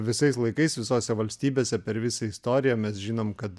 visais laikais visose valstybėse per visą istoriją mes žinom kad